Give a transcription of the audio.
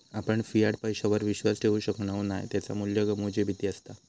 आपण फियाट पैशावर विश्वास ठेवु शकणव नाय त्याचा मू्ल्य गमवुची भीती असता